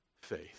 faith